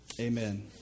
amen